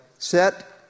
Set